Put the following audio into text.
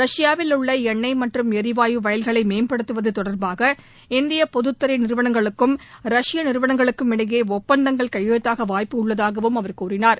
ரஷ்யாவில் உள்ள எண்ணெய் மற்றும் எரிவாயு வயல்களை மேம்படுத்துவது தொடர்பாக இந்திய நிறுவனங்களுக்கும் ரஷ்ய நிறுவனங்களுக்கும் இடையே ஒப்பந்தங்கள் கையெழுத்தாக பொதுத்துறை வாய்ப்புள்ளதாகவும் அவர் தெரிவித்தார்